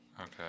Okay